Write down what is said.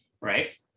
right